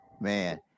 Man